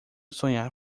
sonhar